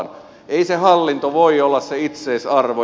ei se hallinto voi olla se itseisarvo